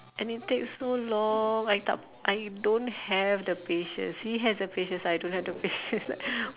and it takes so long I doubt I don't have the patience he has the patience I don't have the patience